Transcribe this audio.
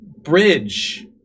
bridge